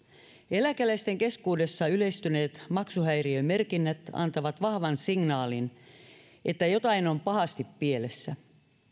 eläkeläisten keskuudessa yleistyneet maksuhäiriömerkinnät antavat vahvan signaalin että jotain on pahasti pielessä